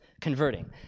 converting